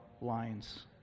lines